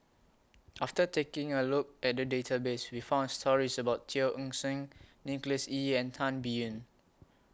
after taking A Look At The Database We found stories about Teo Eng Seng Nicholas Ee and Tan Biyun